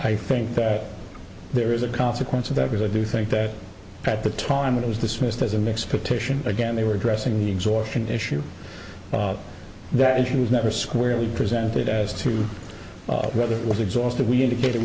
i think that there is a consequence of that because i do think that at the time it was dismissed as a mix petition again they were addressing the exhaustion issue that it was never squarely presented as to whether it was exhausted we indicate